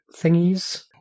thingies